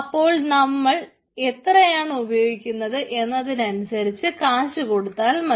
ആപ്പോൾ നമ്മൾ എത്രയാണ് ഉപയോഗിക്കുന്നത് എന്നതനുസരിച്ച് കാശു കൊടുത്താൽ മതി